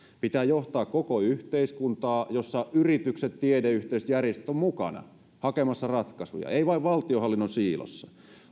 pitää johtaa koko yhteiskuntaa jossa yritykset tiedeyhteisöt järjestöt ovat mukana hakemassa ratkaisuja ei vain valtionhallinnon siilossa